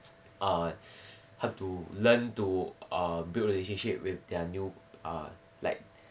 err have to learn to uh build relationship with their new err like